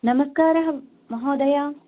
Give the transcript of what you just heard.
नमस्कारः महोदय